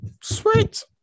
Sweet